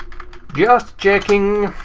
just checking.